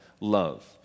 love